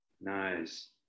Nice